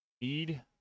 need